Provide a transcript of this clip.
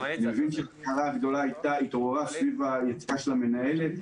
אנחנו יודעים שהסערה הגדולה התעוררה סביב היציאה של המנהלת,